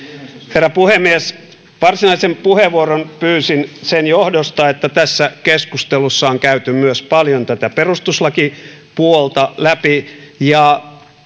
herra puhemies varsinaisen puheenvuoron pyysin sen johdosta että tässä keskustelussa on käyty myös paljon tätä perustuslakipuolta läpi ja